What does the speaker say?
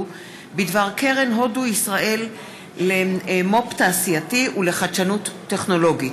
בדבר קרן הודו-ישראל למו"פ תעשייתי ולחדשנות טכנולוגית.